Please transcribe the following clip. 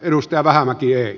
ville vähämäki ei